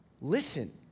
Listen